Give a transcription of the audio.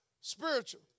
Spiritual